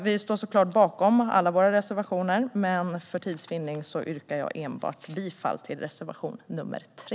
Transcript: Vi står såklart bakom alla våra reservationer, men för tids vinnande yrkar jag bifall enbart till reservation 3.